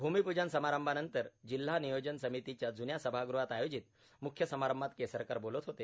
भूमिपूजन समारंभानंतर जिल्हा नियोजन समितीच्या जून्या सभागृहात आयोजित मुख्य समारंभात केसरकर बोलत होते